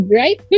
right